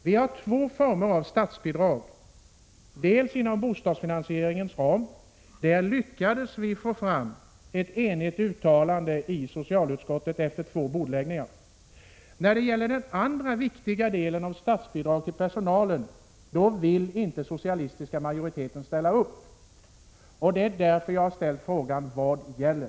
Vi har två former av statsbidrag, dels statsbidrag inom bostadsfinansieringens ram, där vi lyckats få fram ett enigt uttalande i socialutskottet efter två bordläggningar, dels statsbidrag till personalkostnaderna. När det gäller denna viktiga del vill den socialistiska majoriteten inte ställa upp. Det är därför jag har frågat: Vad gäller?